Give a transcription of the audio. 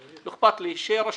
לא אכפת לי שיהיה רשום,